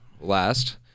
last